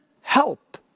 help